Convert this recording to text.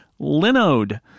Linode